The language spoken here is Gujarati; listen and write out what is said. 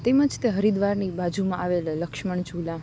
તેમજ તે હરિદ્વારની બાજુમાં આવેલા લક્ષ્મણ ઝુલા